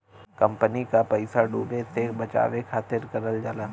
company क पइसा डूबे से बचावे खातिर करल जाला